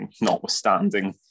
notwithstanding